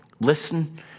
Listen